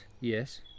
yes